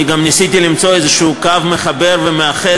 אני גם ניסיתי למצוא איזה קו מחבר ומאחד